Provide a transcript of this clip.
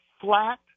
flat